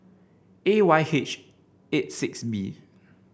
A Y H eight six B